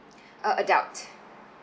uh adult